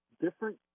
different